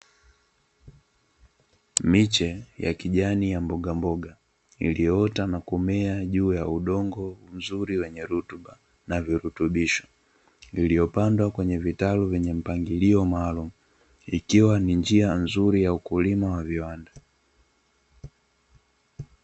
Miche ya kijani ya mbogamboga iliyoota na kumea juu ya udongo mzuri wenye rutuba na virutubisho, iliyopandwa kwenye vitalu vyenye mpangilio maalumu, ikiwa ni njia nzuri ya ukulima wa viwanda.